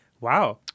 Wow